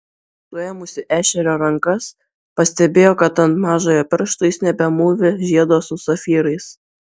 suėmusi ešerio rankas pastebėjo kad ant mažojo piršto jis nebemūvi žiedo su safyrais